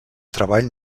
treball